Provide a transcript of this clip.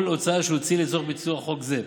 הוצאה שהוא הוציא לצורך ביצוע חוק זה,